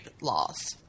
laws